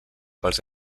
pels